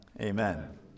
Amen